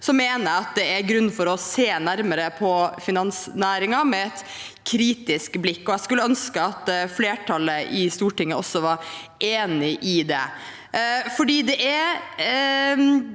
– mener jeg at det er grunn til å se nærmere på finansnæringen med et kritisk blikk, og jeg skulle ønske at flertallet i Stortinget også var enig i det,